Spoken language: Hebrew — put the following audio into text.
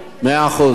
מאה אחוז.